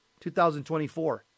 2024